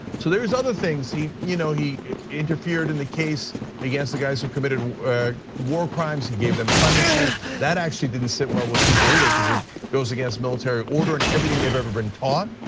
so there's other things, he you know he interfered in the case against the guys who committed war crimes, he gave them clemency. that actually didn't sit well with people, either cuz it goes against military order and everything they've ever been taught,